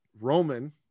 Roman